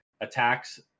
attacks